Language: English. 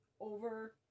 Over